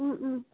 अँ अँ